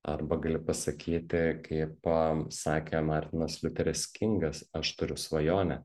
arba gali pasakyti kaip sakė martinas liuteris kingas aš turiu svajonę